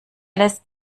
lässt